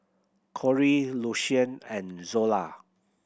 Corie Lucian and Zola